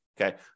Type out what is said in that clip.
Okay